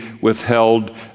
withheld